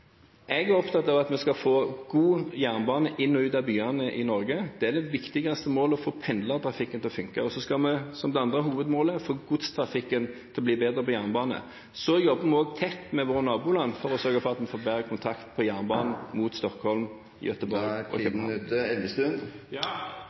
Jeg er opptatt av at vi skal få god jernbane inn og ut av byene i Norge. Det viktigste målet er å få pendlertrafikken til å fungere. Det andre hovedmålet er å få godstrafikken på jernbanen til å bli bedre. Så jobber vi tett med våre naboland for å sørge for at vi får bedre kontakt på jernbanen mot Stockholm, Gøteborg og